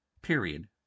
Period